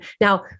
Now